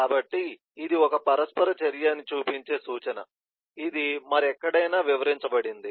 కాబట్టి ఇది ఒక పరస్పర చర్య అని చూపించే సూచన ఇది మరెక్కడైనా వివరించబడింది